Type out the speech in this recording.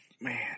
Man